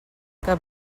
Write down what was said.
que